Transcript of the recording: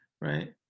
right